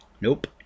Nope